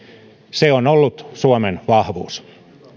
se on ollut suomen vahvuus